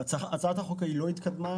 הצעת החוק ההיא לא התקדמה,